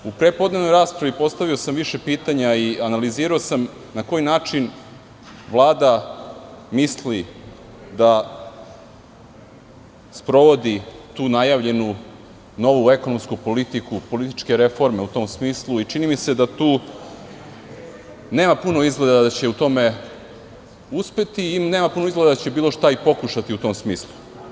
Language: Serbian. U prepodnevnoj raspravi postavio sam više pitanja i analizirao sam na koji način Vlada misli da sprovodi tu najavljenu novu ekonomsku politiku, političke reforme u tom smislu i čini mi se da tu nema puno izgleda da će u tome uspeti i nema puno izgleda će šta i pokušati u tom smislu.